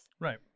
Right